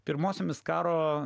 pirmosiomis karo